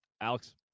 Alex